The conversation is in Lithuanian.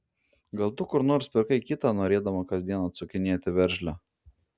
gal tu kur nors pirkai kitą norėdama kasdien atsukinėti veržlę